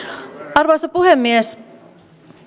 arvoisa puhemies